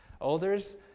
Olders